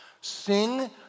Sing